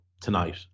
tonight